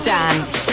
Dance